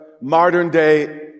modern-day